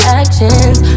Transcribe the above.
actions